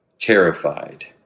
terrified